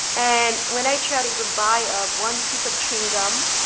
and when i try to even buy ah one piece of chewing gum,